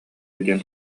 диэн